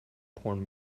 porn